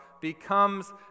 becomes